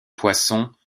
poissons